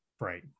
Right